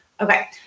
Okay